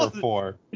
four